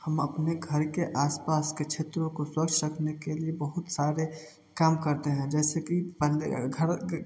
हम अपने घर के आसपास के क्षेत्रों को स्वच्छ रखने के लिए बहुत सारे काम करते हैं जैसे कि